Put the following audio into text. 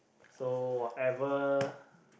so whatever